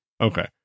Okay